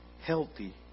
healthy